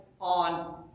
on